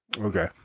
Okay